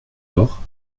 door